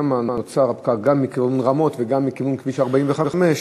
שם נוצר פקק גם מכיוון רמות וגם מכיוון כביש 45,